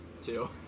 Two